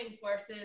forces